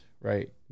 right